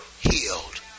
healed